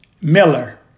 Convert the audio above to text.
Miller